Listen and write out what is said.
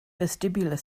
vestibular